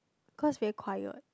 cause very quiet